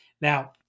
Now